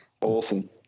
Awesome